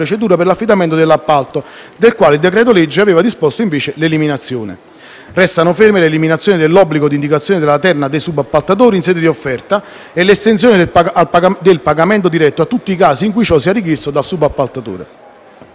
per l'affidamento dell'appalto, del quale il decreto-legge aveva disposto invece l'eliminazione. Restano ferme l'eliminazione dell'obbligo di indicazione della terna di subappaltatori in sede di offerta e l'estensione del pagamento diretto a tutti i casi in cui ciò sia richiesto dal subappaltatore.